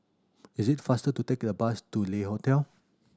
is it faster to take the bus to Le Hotel